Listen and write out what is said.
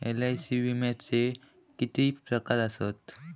LIC विम्याचे किती प्रकार आसत?